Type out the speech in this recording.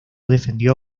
defendió